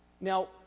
Now